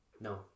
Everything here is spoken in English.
No